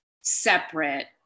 separate